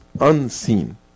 unseen